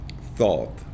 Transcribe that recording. thought